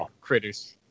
Critters